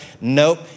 Nope